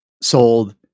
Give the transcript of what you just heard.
sold